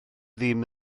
ddim